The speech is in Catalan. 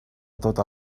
tota